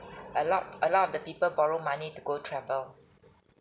a lot a lot of the people borrow money to go travel